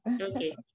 Okay